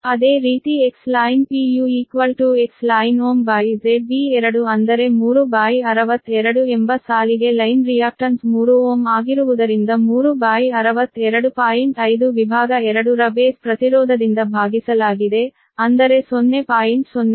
ಅದೇ ರೀತಿ XLine ಅಂದರೆ ಎಂಬ ಸಾಲಿಗೆ ಲೈನ್ ರಿಯಾಕ್ಟನ್ಸ್ 3Ω ಆಗಿರುವುದರಿಂದ ವಿಭಾಗ 2 ರ ಬೇಸ್ ಪ್ರತಿರೋಧದಿಂದ ಭಾಗಿಸಲಾಗಿದೆ ಅಂದರೆ 0